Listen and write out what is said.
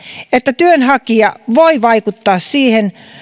että työnhakija voi vaikuttaa siihen